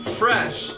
fresh